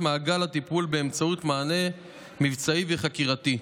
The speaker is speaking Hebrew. מעגל הטיפול באמצעות מענה מבצעי וחקירתי,